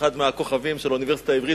אחד הכוכבים של האוניברסיטה העברית,